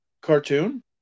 cartoon